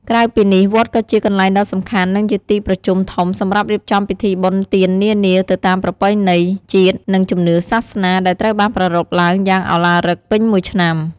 ក្រៅពីនេះ វត្តក៏ជា កន្លែងដ៏សំខាន់ និងជាទីប្រជុំធំសម្រាប់រៀបចំពិធីបុណ្យទាននានា ទៅតាមប្រពៃណីជាតិ និងជំនឿសាសនា ដែលត្រូវបានប្រារព្ធឡើងយ៉ាងឱឡារិកពេញមួយឆ្នាំ។